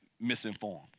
misinformed